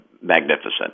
magnificent